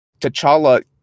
t'challa